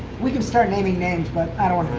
we can start naming names, but i don't